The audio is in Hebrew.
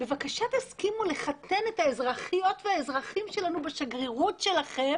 בבקשה תסכימו לחתן את האזרחיות והאזרחים שלנו בשגרירות שלכם